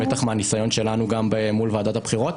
בטח מהניסיון שלנו מול ועדת הבחירות,